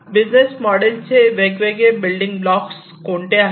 business model चे वेगवेगळे building block कोणते आहेत